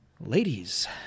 Ladies